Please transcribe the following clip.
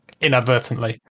inadvertently